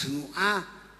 תנועה